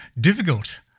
difficult